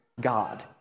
God